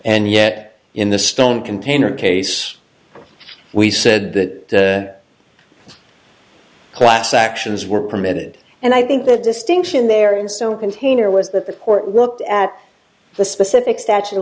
and yet in the stone container case we said that class actions were permitted and i think the distinction there and so container was that the court looked at the specific statute of